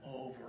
over